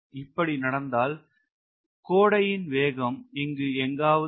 இப்படி நடந்தால் கோடையின் வேகம் இங்கு எங்காவது வரும்